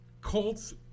Colts